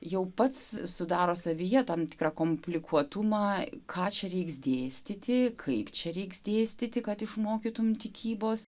jau pats sudaro savyje tam tikrą komplikuotumą ką čia reiks dėstyti kaip čia reiks dėstyti kad išmokytumei tikybos